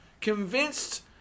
Convinced